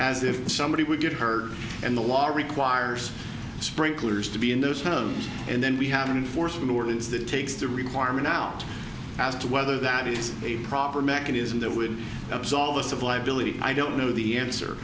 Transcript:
as if somebody would get hurt and the law requires sprinklers to be in those terms and then we have an force of new orleans that takes the requirement out as to whether that is a proper mechanism that would absolve us of liability i don't know the answer